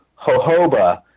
jojoba